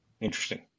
interesting